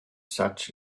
such